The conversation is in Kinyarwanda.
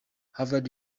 harvard